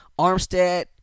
Armstead